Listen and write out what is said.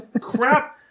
crap